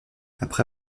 après